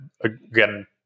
again